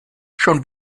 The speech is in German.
schon